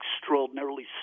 extraordinarily